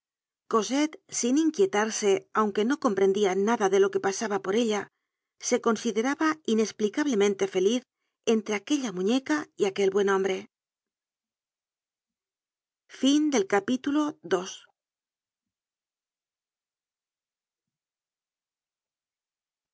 cosette sin inquietarse aunque no comprendía nada de lo que pasaba por ella se consideraba iuespücablemente feliz entre aquella muñeca y aquel buen hombre content from